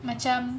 macam